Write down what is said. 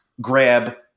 grab